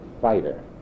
fighter